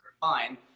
fine